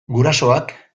gurasoak